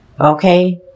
Okay